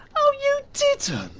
oh you didn't.